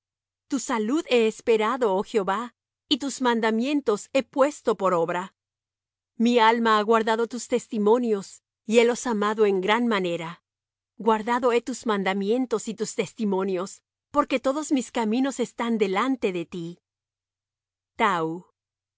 tu salud he esperado oh jehová y tus mandamientos he puesto por obra mi alma ha guardado tus testimonios y helos amado en gran manera guardado he tus mandamientos y tus testimonios porque todos mis caminos están delante de ti